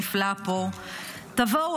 נפלא פה / תבואו,